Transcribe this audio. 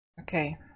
Okay